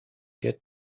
get